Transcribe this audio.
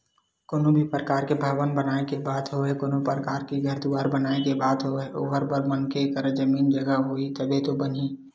कोनो भी परकार के भवन बनाए के बात होवय कोनो परकार के घर दुवार बनाए के बात होवय ओखर बर मनखे करा जमीन जघा होही तभे तो बनही